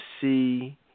see